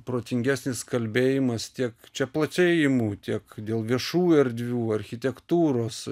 protingesnis kalbėjimas tiek čia plačiai imu tiek dėl viešųjų erdvių architektūros